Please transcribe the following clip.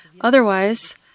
Otherwise